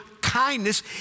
kindness